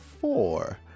four